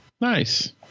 Nice